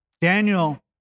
Daniel